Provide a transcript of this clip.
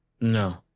No